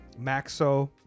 Maxo